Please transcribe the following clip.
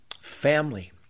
family